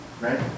Right